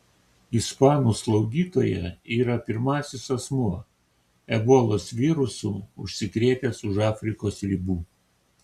ispanų slaugytoja yra pirmasis asmuo ebolos virusu užsikrėtęs už afrikos ribų